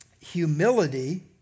humility